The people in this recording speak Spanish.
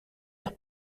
los